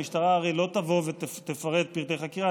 המשטרה הרי לא תבוא ותפרט פרטי חקירה,